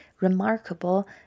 remarkable